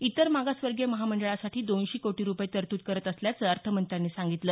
इतर मागासवर्गीय महामंडळासाठी दोनशे कोटी रुपये तरतूद करत असल्याचं अर्थमंत्र्यांनी सांगितलं